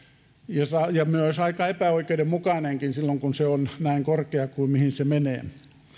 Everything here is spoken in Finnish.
ja myös aika epäoikeudenmukainenkin silloin kun se on näin korkea kuin mihin se menee